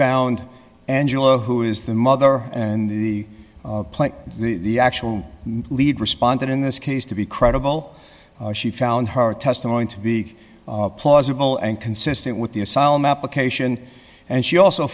found angelo who is the mother and the plan the actual lead responded in this case to be credible she found her testimony to be plausible and consistent with the asylum application and she also